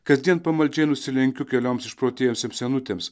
kasdien pamaldžiai nusilenkiu kelioms išprotėjusioms senutėms